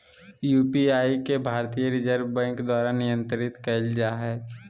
UPI के भारतीय reserve bank द्वारा नियंत्रित कइल जा हइ